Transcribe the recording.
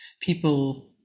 people